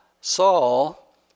Saul